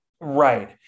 Right